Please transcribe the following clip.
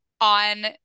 on